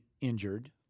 injured